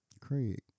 Craig